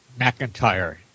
McIntyre